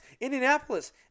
Indianapolis